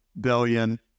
billion